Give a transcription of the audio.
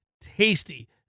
tasty